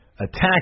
attack